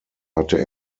hatte